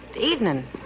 evening